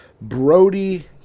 Brody